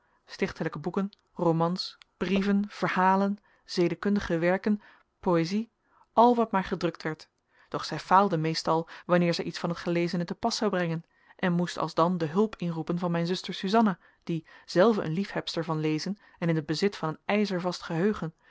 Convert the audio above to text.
stichtelijke boeken romans brieven verhalen zedekundige werken poëzij al wat maar gedrukt werd doch zij faalde meestal wanneer zij iets van het gelezene te pas zou brengen en moest alsdan de hulp inroepen van mijn zuster susanna die zelve een liefhebster van lezen en in het bezit van een